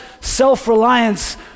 self-reliance